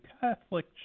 Catholic